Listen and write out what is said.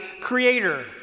creator